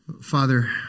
Father